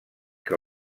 que